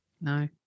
No